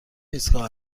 ایستگاه